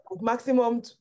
maximum